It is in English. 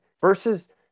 versus